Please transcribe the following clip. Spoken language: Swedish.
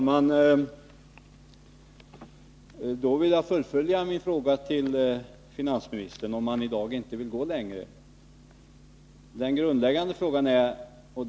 Herr talman! Om finansministern i dag inte vill gå längre, vill jag fullfölja min fråga till honom.